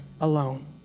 alone